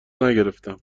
نگرفتم